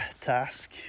task